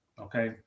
Okay